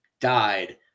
died